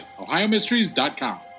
ohiomysteries.com